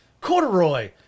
corduroy